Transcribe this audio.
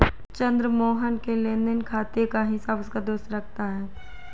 चंद्र मोहन के लेनदेन खाते का हिसाब उसका दोस्त रखता है